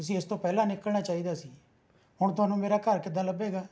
ਤੁਸੀਂ ਇਸ ਤੋਂ ਪਹਿਲਾਂ ਨਿਕਲਣਾ ਚਾਹੀਦਾ ਸੀ ਹੁਣ ਤੁਹਾਨੂੰ ਮੇਰਾ ਘਰ ਕਿੱਦਾਂ ਲੱਭੇਗਾ